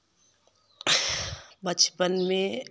बचपन में